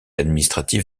administratif